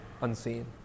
unseen